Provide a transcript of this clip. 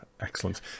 excellent